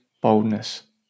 boldness